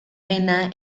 vena